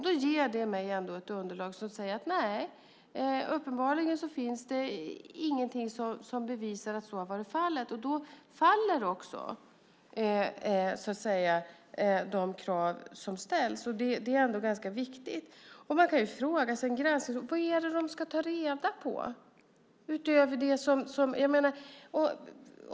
Det ger mig ett underlag att säga: Nej, uppenbarligen finns det ingenting som bevisar att så har varit fallet. Och då faller också de krav som ställs. Man kan fråga sig vad det är en granskningskommission skulle ta reda på.